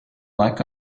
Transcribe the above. like